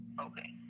okay